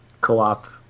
co-op